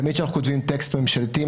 תמיד כשאנחנו כותבים טקסט ממשלתי,